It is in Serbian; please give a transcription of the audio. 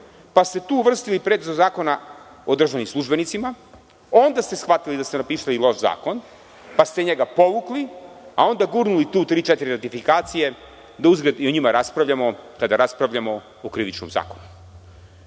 pa ste tu uvrstili Predlog zakona o državnim službenicima. Onda ste shvatili da ste napisali loš zakon, pa ste njega povukli, a onda tu gurnuli tri-četiri ratifikacije, da uzgred i o njima raspravljamo, kada raspravljamo o Krivičnom zakonu. Moram